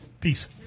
Peace